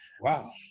wow